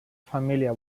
família